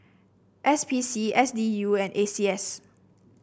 S P C S D U and A C S